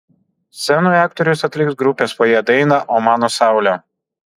scenoje aktorius atliks grupės fojė dainą o mano saule